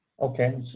Okay